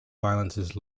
violence